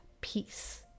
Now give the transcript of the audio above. peace